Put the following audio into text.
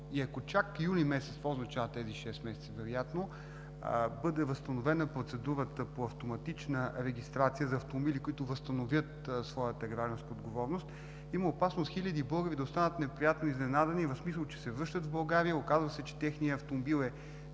и, ако чак юли месец – това означават тези шест месеца вероятно, бъде възстановена процедурата по автоматична регистрация за автомобили, които възстановят своята „Гражданска отговорност”, има опасност хиляди българи да останат неприятно изненадани, в смисъл че се връщат в България, оказва се че техният автомобил е